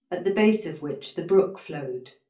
at the base of which the brook flowed.